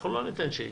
אנחנו לא ניתן שייתנו.